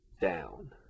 down